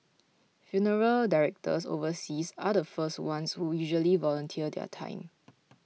funeral directors overseas are the first ones who usually volunteer their time